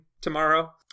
tomorrow